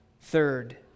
Third